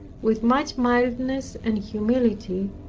with much mildness and humility,